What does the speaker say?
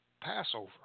Passover